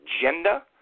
agenda